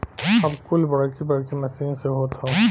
अब कुल बड़की बड़की मसीन से होत हौ